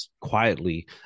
quietly